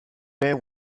then